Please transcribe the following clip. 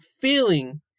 feeling